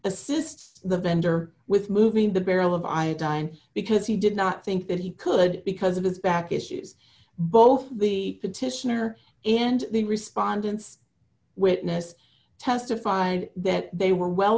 assists the vendor with moving the barrel of iodine because he did not think that he could because of his back issues both the petitioner and the respondents witness testified that they were well